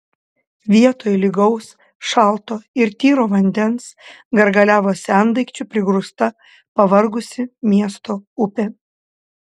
vietoj lygaus šalto ir tyro vandens gargaliavo sendaikčių prigrūsta pavargusi miesto upė